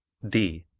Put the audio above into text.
d.